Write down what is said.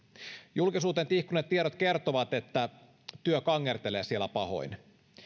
julkisuuteen tihkuneet tiedot kertovat että työ kangertelee siellä pahoin